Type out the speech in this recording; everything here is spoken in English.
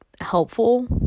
helpful